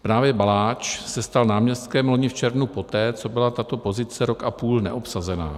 Právě Baláč se stal náměstkem loni v červnu, poté co byla tato pozice rok a půl neobsazena.